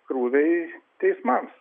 krūviai teismams